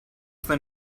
than